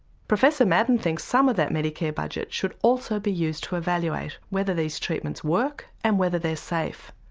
professor maddern thinks some of that medicare budget should also be used to evaluate whether these treatments work and whether they're safe.